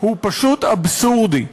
הוא פשוט אבסורדי,